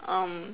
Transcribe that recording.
um